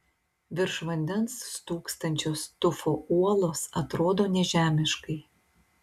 virš vandens stūksančios tufo uolos atrodo nežemiškai